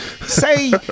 Say